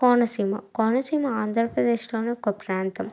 కోనసీమ కోనసీమ ఆంధ్రప్రదేశ్లోని ఒక ప్రాంతం